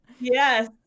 Yes